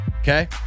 Okay